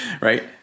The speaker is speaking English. Right